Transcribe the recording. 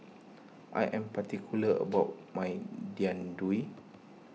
I am particular about my Jian Dui